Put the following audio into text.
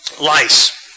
Lice